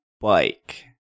bike